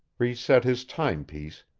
reset his timepiece,